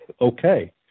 okay